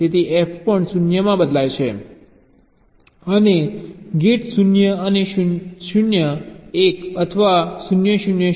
તેથી F પણ 0 માં બદલાય છે અને ગેટ 0 અને 1 આ પણ 0 0 0 બને છે